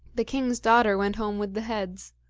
the king's daughter went home with the heads.